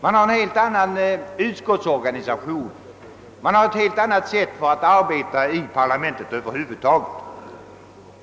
Man har en helt annan utskottsorganisation och över huvud taget ett helt annat sätt att arbeta i parlamentet.